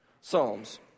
Psalms